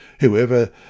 Whoever